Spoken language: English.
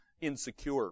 insecure